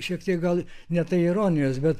šiek tiek gal ne tai ironijos bet